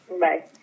Bye